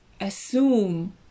Assume